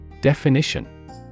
Definition